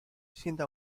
siendo